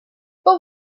but